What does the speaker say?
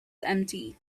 empty